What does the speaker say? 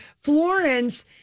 Florence